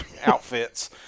outfits